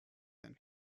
than